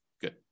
Good